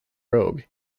rogue